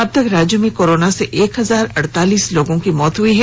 अब तक राज्य में कोरोना से एक हजार अड़तालीस लोगों की मौत हुई हैं